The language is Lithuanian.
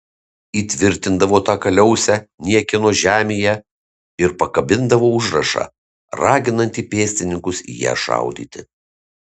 įtvirtindavo tą kaliausę niekieno žemėje ir pakabindavo užrašą raginantį pėstininkus į ją šaudyti